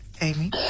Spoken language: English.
Amy